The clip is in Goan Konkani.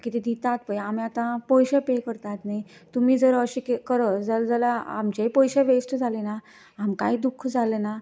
कितें दितात पळय आमी आतां पयशे पे करतात न्ही तुमी जर अशें करत जाल्यार आमचेय पयशे व्हेस्ट जालेना आमकांय दूख्ख जालेना